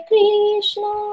Krishna